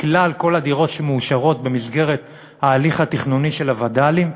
מכלל כל הדירות שמאושרות במסגרת ההליך התכנוני של הווד"לים.